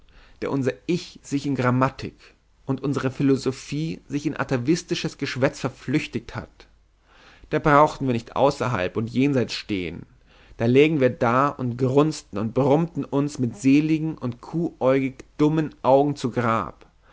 da unser ich sich in grammatik und unsere philosophie sich in atavistisches geschwätz verflüchtigt hat da brauchten wir nicht außerhalb und jenseits stehen da lägen wir da und grunzten und brummten uns mit seligen und kuhäugig dummen augen zu grab